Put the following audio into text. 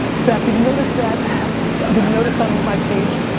zak, did you notice that, did you notice on my page?